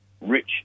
rich